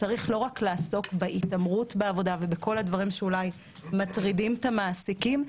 צריך לעסוק לא רק בהתעמרות בעבודה ובדברים שאולי מטרידים את המעסיקים,